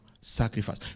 sacrifice